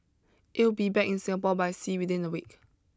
it will be back in Singapore by sea within a week